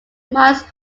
miles